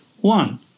one